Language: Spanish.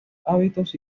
hábitos